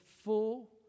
full